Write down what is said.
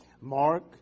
Mark